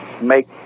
make